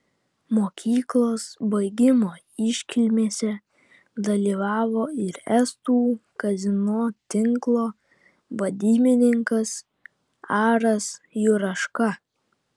mokyklos baigimo iškilmėse dalyvavo ir estų kazino tinklo vadybininkas aras juraška